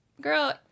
girl